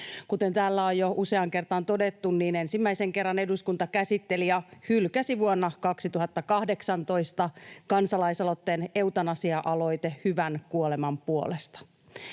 Kuten täällä on jo useaan kertaan todettu, ensimmäisen kerran eduskunta käsitteli ja hylkäsi vuonna 2018 kansalaisaloitteen ”Eutanasia-aloite hyvän kuoleman puolesta”.